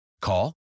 Call